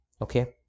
Okay